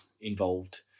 involved